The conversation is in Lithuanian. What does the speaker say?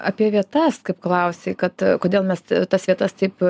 apie vietas kaip klausei kad kodėl mes tas vietas taip